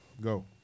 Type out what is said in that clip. Go